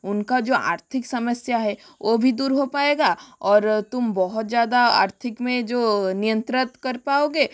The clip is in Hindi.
उनका जो आर्थिक समस्या है वो भी दूर हो पाएगा और तुम बहुत ज़्यादा आर्थिक में जो नियंत्रत कर पाओगे